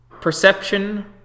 Perception